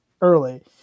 early